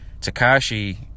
Takashi